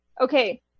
okay